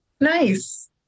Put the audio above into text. Nice